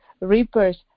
reapers